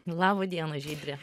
labą dieną žydre